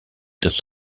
des